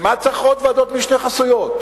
למה צריך עוד ועדות משנה חסויות?